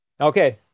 Okay